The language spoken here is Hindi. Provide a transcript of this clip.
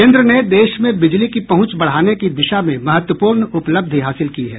केन्द्र ने देश में बिजली की पहुंच बढ़ाने की दिशा में महत्वपूर्ण उपलब्धि हासिल की है